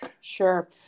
Sure